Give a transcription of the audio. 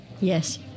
Yes